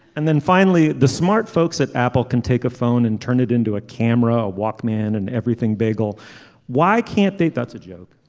and then finally the smart folks at apple can take a phone and turn it into a camera a walkman and everything bagel why can't they. that's a joke